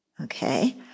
Okay